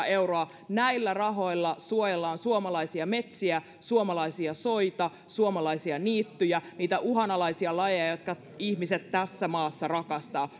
euroa näillä rahoilla suojellaan suomalaisia metsiä suomalaisia soita suomalaisia niittyjä niitä uhanalaisia lajeja joita ihmiset tässä maassa rakastavat